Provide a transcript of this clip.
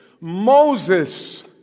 Moses